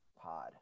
pod